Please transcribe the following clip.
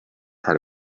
part